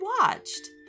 watched